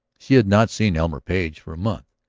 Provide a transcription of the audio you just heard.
she had not seen elmer page for a month.